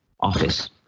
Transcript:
office